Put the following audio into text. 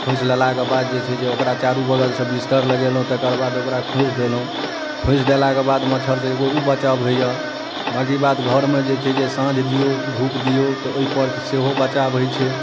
खोसि लेलाके बाद जे छै से ओकरा चारू बगलसँ बिस्तर लगेलहुँ तेकर बाद ओकरा खोसि देलहुँ खोसि देलाकऽ बाद मच्छरसँ एगो ओ बचाओ होइए बाँकि बात घरमे जे छै से साँझ दिऔ धूप दिऔ तऽ ओहि परसँ सेहो बचाओ होइत छै